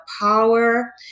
power